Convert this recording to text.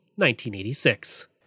1986